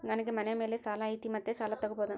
ನನಗೆ ಮನೆ ಮೇಲೆ ಸಾಲ ಐತಿ ಮತ್ತೆ ಸಾಲ ತಗಬೋದ?